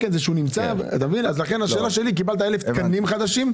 לכן אני שואל אם קיבלת 1,000 תקנים חדשים.